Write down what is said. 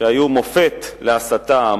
שהיו מופת להסתה,